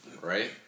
Right